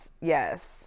Yes